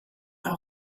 now